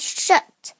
shirt